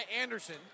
Anderson